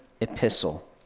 epistle